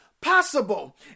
possible